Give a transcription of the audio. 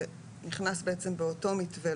ונכנס בעצם באותו מתווה.